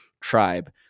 tribe